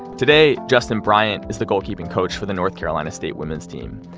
today, justin bryant is the goalkeeping coach for the north carolina state women's team,